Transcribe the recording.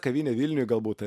kavinė vilniuj galbūt